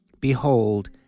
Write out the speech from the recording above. Behold